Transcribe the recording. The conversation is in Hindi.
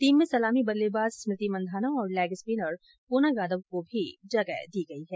टीम में सलामी बल्लेबाज स्मृति मन्धाना और लेग स्पिनर पूनम यादव को भी जगह दी गई है